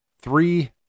three